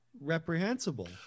reprehensible